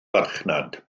farchnad